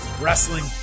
wrestling